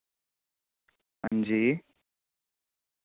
हांजी